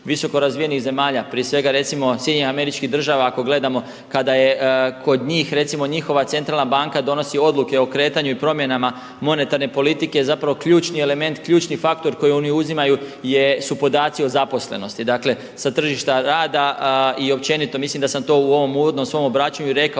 visokorazvijenih zemalja, prije svega SAD-a ako gledamo kada je kod njih recimo njihova centralna banka donosi odluke o kretanju i promjenama monetarne politike je zapravo ključni element, ključni faktor koji oni uzimaju su podaci o zaposlenosti, dakle sa tržišta rada i općenito. Mislim da sam to u ovom uvodnom svom obraćanju i rekao